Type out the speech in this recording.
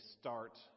start